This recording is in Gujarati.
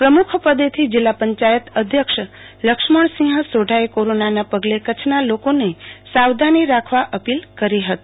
પ્રમૂખ પદેથી જિલ્લા પંચાયત અધ્યક્ષ લક્ષ્મણસિંહ સોઢાએ કોરોના ના પગલે કચ્છના લોકોન સાવધાની રાખવા અપોલ કરી હતી